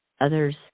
others